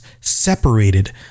separated